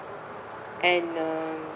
and uh